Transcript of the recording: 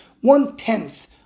one-tenth